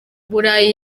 burayi